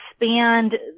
expand